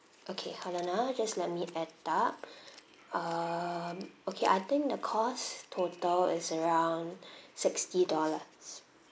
okay hold on ah just let me add up um okay I think the cost total is around sixty dollars